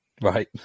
Right